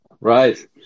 Right